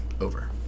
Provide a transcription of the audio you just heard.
over